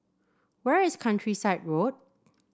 where is Countryside Road